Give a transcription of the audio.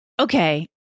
Okay